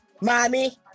Mommy